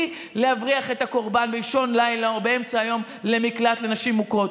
להבריח את הקורבן באישון לילה או באמצע היום למקלט לנשים מוכות.